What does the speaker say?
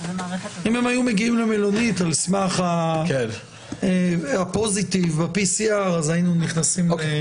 אם הם היו מגיעים למלונית על-סמך הפוזיטיב ב-PCR אז היינו נכנסים ל...